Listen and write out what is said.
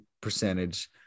percentage